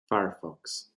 firefox